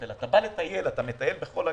אלא אתה בא לטייל ואתה מטייל בכל הגליל,